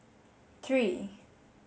three